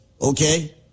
okay